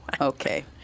Okay